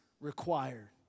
required